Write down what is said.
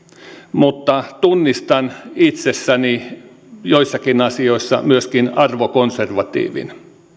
mutta tunnistan itsessäni joissakin asioissa myöskin arvokonservatiivin